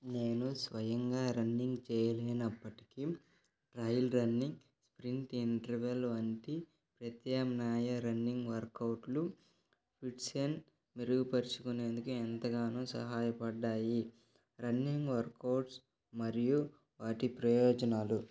నేను స్వయంగా రన్నింగ్ చెయ్యలేనప్పటికీ రైల్ రన్నింగ్ స్ప్రింట్ ఇంటర్వెల్ వంటి ప్రత్యమ్నాయ రన్నింగ్ వర్క్ అవుట్లు ఫిట్నెస్ మెరుగుపరుచుకునేందుకు ఎంతగానో సహాయపడ్డాయి రన్నింగ్ వర్క్వుట్స్ మరియు వాటి ప్రయోజనాలు